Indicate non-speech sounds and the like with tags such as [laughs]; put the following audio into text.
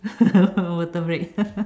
[laughs] water break [laughs]